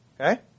Okay